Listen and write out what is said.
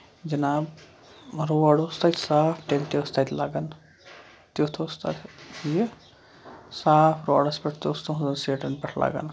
جِناب روڈ اوس تَتہِ صاف تیٚلہِ تہِ ٲس تَتہِ لگان تیُتھ اوس تَتہِ یہِ صاف روڈس پٮ۪ٹھ تہِ اوس تُہُنزن سیٖٹن پٮ۪ٹھ لگان